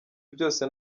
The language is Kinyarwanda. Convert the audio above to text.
byose